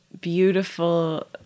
beautiful